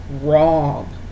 wrong